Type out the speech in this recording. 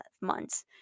months